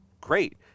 great